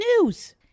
news